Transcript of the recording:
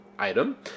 item